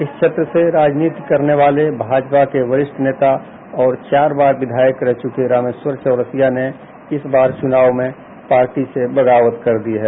इस क्षेत्र से राजनीति करने वाले भाजपा के वरिष्ठ नेता और चार बार विधायक रह चुके रामेश्वर चौरसिया ने इस बार चुनाव में पार्टी से बगावत कर दी है